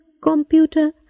Computer